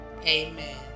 Amen